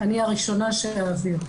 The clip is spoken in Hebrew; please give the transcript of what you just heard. אני הראשונה שאעביר.